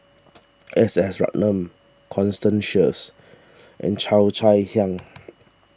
S S Ratnam Constance Sheares and Cheo Chai Hiang